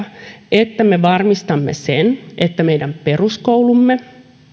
että me varmistamme sen että meidän peruskoulumme